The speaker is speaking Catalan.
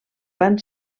van